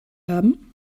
haben